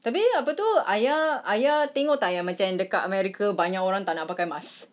tapi apa tu ayah ayah tengok tak yang macam yang dekat america banyak orang tak nak pakai mask